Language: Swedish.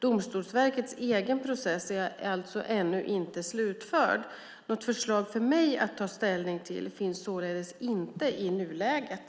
Domstolsverkets egen process är alltså ännu inte slutförd. Något förslag för mig att ta ställning till finns således inte i nuläget.